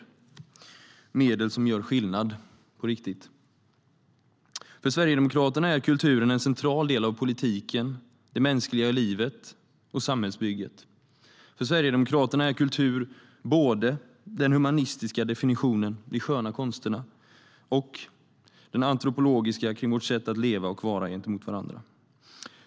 Det är medel som gör skillnad - på riktigt. För Sverigedemokraterna är kulturen en central del av politiken, det mänskliga livet och samhällsbygget. För Sverigedemokraterna är kultur både den humanistiska definitionen, de sköna konsterna, och den antropologiska kring vårt sätt att leva och vara gentemot varandra.